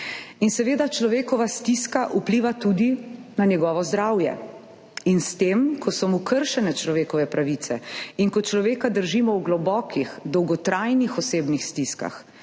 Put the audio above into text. Seveda človekova stiska vpliva tudi na njegovo zdravje. S tem, ko so mu kršene človekove pravice in ko človeka držimo v globokih, dolgotrajnih osebnih stiskah,